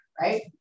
right